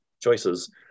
choices